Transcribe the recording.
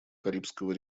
карибского